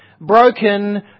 broken